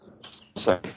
Sorry